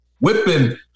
whipping